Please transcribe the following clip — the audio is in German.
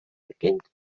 beginnt